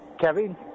Kevin